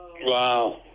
Wow